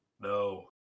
No